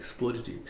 exploitative